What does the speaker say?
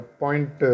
point